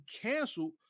canceled